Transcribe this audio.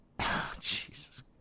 Jesus